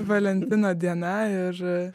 valentino diena ir